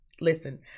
Listen